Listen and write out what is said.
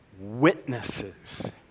witnesses